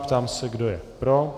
Ptám se, kdo je pro.